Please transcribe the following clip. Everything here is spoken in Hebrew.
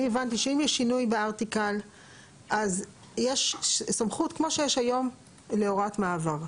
אני הבנתי שאם יש שינוי בארטיקל אז יש סמכות כמו שיש היום להוראת מעבר.